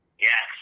Yes